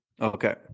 okay